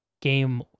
game